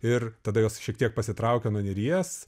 ir tada jos šiek tiek pasitraukia nuo neries